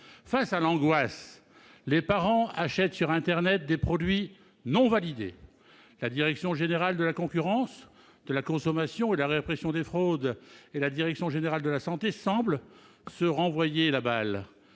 Face à l'angoisse, les parents achètent sur internet des produits non validés. La Direction générale de la concurrence, de la consommation et de la répression des fraudes, ou DGCCRF, et la Direction générale de la santé semblent se renvoyer la balle.